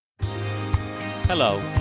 Hello